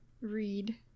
Read